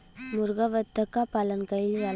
मुरगा बत्तख क पालन कइल जाला